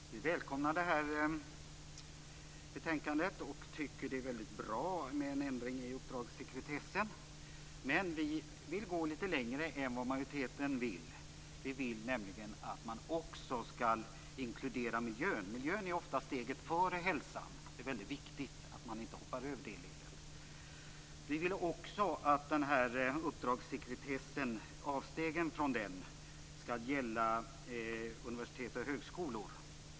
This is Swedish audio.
Fru talman! Vi välkomnar det här betänkandet och tycker att det är väldigt bra med en ändring i den s.k. uppdragssekretessen. Men vi vill gå lite längre än majoriteten. Vi vill nämligen att man också skall inkludera miljön. Miljön är oftast steget före hälsan. Det är väldigt viktigt att man inte hoppar över det ledet. Vi vill också att avstegen från uppdragssekretessen skall gälla universitet och högskolor.